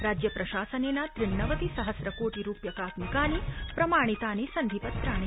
राज्यप्रशासनेन त्रिण्णवति सहस्र कोटि रूप्यकात्मिकानि प्रमाणितानि सन्धिपत्राणि